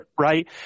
right